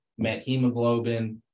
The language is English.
methemoglobin